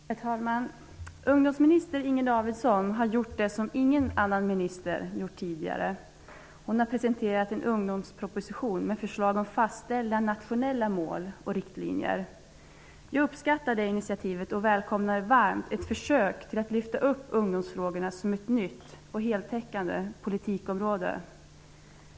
Herr talman! Ungdomsminister Inger Davidson har gjort det som ingen annan minister har gjort tidigare -- hon har presenterat en ungdomsproposition med förslag om att fastställa nationella mål och riktlinjer. Jag uppskattar det initiativet och välkomnar varmt ett försök att lyfta fram ungdomsfrågorna som ett nytt och heltäckande politikområde.